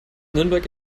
nürnberg